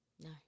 No